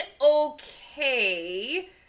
okay